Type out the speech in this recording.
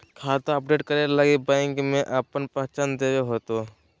खाता अपडेट करे लगी बैंक में आपन पहचान देबे होतो